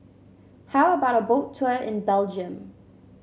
how about a Boat Tour in Belgium